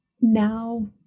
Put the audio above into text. now